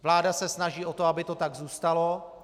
Vláda se snaží o to, aby to tak zůstalo.